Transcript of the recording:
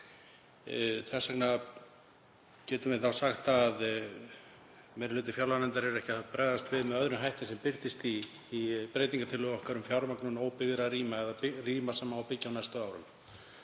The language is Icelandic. Þess vegna getum við sagt að meiri hluti fjárlaganefndar sé ekki að bregðast við með öðrum hætti en sem birtist í breytingartillögu okkar um fjármögnun óbyggðra rýma eða rýma sem á að byggja á næstu árum.